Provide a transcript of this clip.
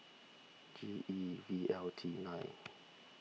G E V L T nine